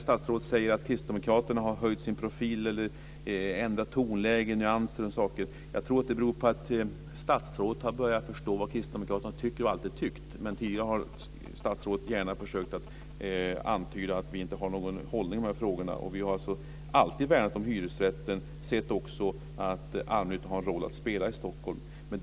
Statsrådet säger att kristdemokraterna har höjt sin profil eller ändrat tonläge. Jag tror att det beror på att statsrådet har börjat förstå vad kristdemokraterna tycker och alltid har tyckt. Tidigare har statsrådet gärna försökt antyda att vi inte har någon hållning i de här frågorna. Vi har alltid värnat hyresrätten och även ansett att allmännyttan har en roll att spela i Stockholm.